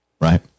right